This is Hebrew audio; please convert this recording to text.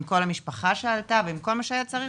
עם כל המשפחה שעלתה ועם כל מה שהיה צריך,